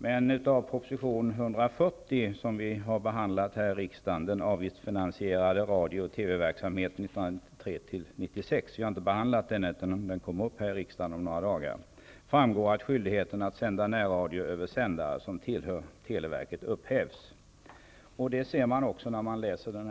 Men av proposition 140 om den avgiftsfinansierade radio och TV verksamheten 1993--1996, som kommer att behandlas här i riksdagen om några dagar, framgår det att skyldigheten att sända närradio över sändare som tillhör televerket upphävs. Detta framgår även